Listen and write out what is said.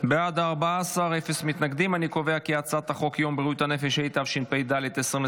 להעביר את הצעת חוק יום בריאות הנפש, התשפ"ד 2024,